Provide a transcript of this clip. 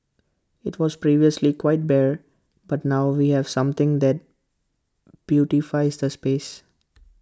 IT was previously quite bare but now we have something that beautifies the space